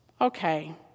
Okay